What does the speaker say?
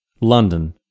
London